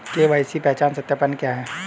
KYC पहचान सत्यापन क्या है?